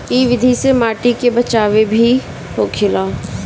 इ विधि से माटी के बचाव भी होखेला